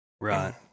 Right